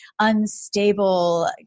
unstable